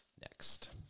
Next